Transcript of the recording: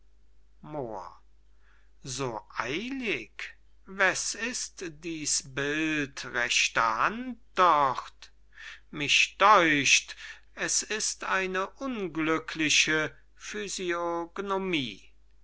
so eilig weß ist diß bild rechter hand dort mich deucht es ist eine unglückliche